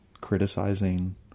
criticizing